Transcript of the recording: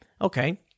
Okay